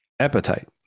appetite